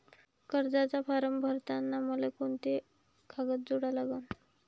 कर्जाचा फारम भरताना मले कोंते कागद जोडा लागन?